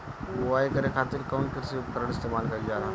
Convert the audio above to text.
बुआई करे खातिर कउन कृषी उपकरण इस्तेमाल कईल जाला?